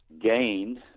gained